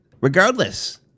Regardless